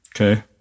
Okay